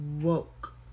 Woke